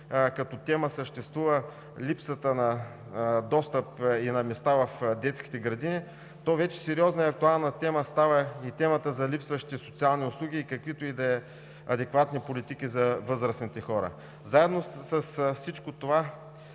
като тема съществува липсата на достъп и на места в детските градини, то вече сериозна и актуална тема става и темата за липсващи социални услуги и каквито и да са адекватни политики за възрастните хора. Заедно с всичко това